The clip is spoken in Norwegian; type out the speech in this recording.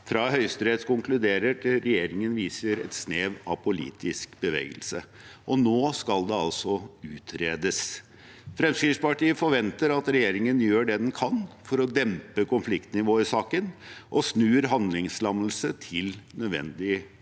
fra Høyesterett konkluderer til regjeringen viser et snev av politisk bevegelse – og nå skal det altså utredes. Fremskrittspartiet forventer at regjeringen gjør det den kan for å dempe konfliktnivået i saken, og snur handlingslammelse til nødvendig handlekraft.